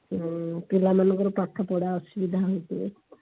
ହଁ ପିଲାମାନଙ୍କର ପାଠପଢ଼ା ଅସୁବିଧା ହଉଛି